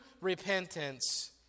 repentance